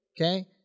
Okay